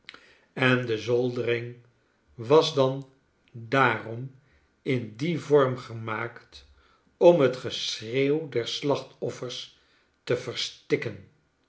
en de zoldering was dan daarom in dien vorm gemaakt om het geschreeuw der slachtoffers te verstikken